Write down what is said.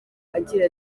agira